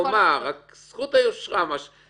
"זכות היושרה" מה שנקרא.